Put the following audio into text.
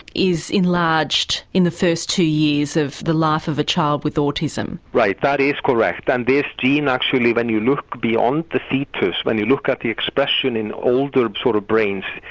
is enlarged in the first two years of the life of a child with autism. right, that but is correct. and this gene, actually, when you look beyond the foetus, when you look at the expression in older sort of brains,